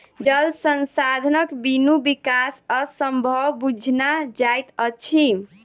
जल संसाधनक बिनु विकास असंभव बुझना जाइत अछि